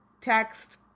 text